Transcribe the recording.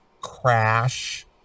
crash